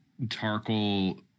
Tarkle